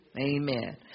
Amen